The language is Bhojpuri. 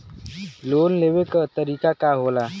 लोन लेवे क तरीकाका होला?